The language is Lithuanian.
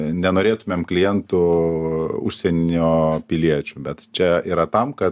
nenorėtumėm klientų užsienio piliečių bet čia yra tam kad